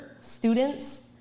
students